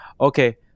okay